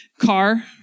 car